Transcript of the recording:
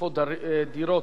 מקנדה רכשו פה דירות.